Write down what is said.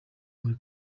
muri